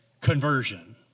conversion